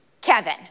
Kevin